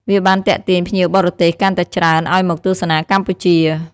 វាបានទាក់ទាញភ្ញៀវបរទេសកាន់តែច្រើនឲ្យមកទស្សនាកម្ពុជា។